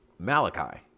Malachi